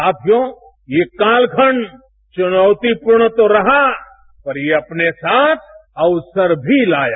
साथियों ये कालखंड चुनौतीपूर्ण तो रहा पर ये अपने साथ अवसर भी लाया